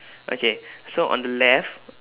okay so on the left